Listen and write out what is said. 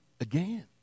again